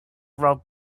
route